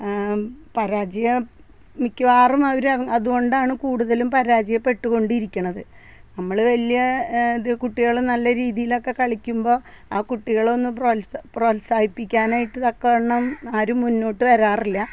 പരാജയം മിക്കവാറും അവർ അതുകൊണ്ടാണ് കൂടുതലും പരാജയപ്പെട്ട് കൊണ്ടിരിക്കുന്നത് നമ്മൾ വലിയ ഇത് കുട്ടികൾ നല്ല രീതിയിലൊക്കെ കളിക്കുമ്പോൾ ആ കുട്ടികളെ ഒന്ന് പ്രോത്സാഹിപ്പിക്കാനായിട്ട് തക്ക വണ്ണം ആരും മുന്നോട്ട് വരാറില്ല